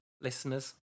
listeners